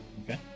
Okay